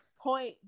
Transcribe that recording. point